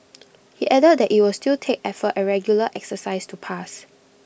he added that IT will still take effort and regular exercise to pass